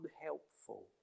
unhelpful